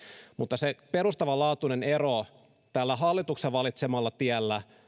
mutta se perustavanlaatuinen ero tällä hallituksen valitsemalla tiellä